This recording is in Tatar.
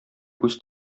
күз